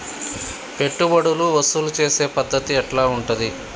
పెట్టుబడులు వసూలు చేసే పద్ధతి ఎట్లా ఉంటది?